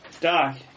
Doc